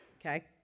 okay